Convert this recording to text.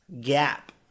gap